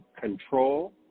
control